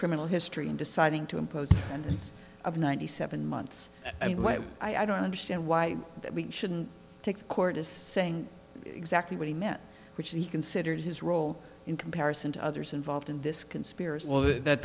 criminal history in deciding to impose of ninety seven months i don't understand why we shouldn't take the court is saying exactly what he meant which he considered his role in comparison to others involved in this conspiracy that